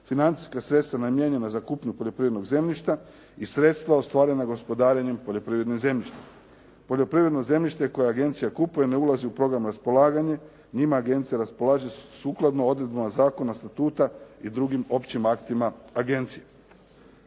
Financijska sredstava namijenjena za kupnju poljoprivrednog zemljišta i sredstva ostvarena gospodarenjem poljoprivrednim zemljištem. Poljoprivredno zemljište koje agencija kupuje ne ulazi u program raspolaganja. Njima agencija raspolaže sukladno odredbama zakona statuta i drugim općim aktima agencije.